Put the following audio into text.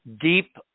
deep